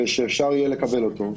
ושאפשר יהיה לקבל אותו,